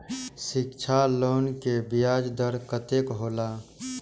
शिक्षा लोन के ब्याज दर कतेक हौला?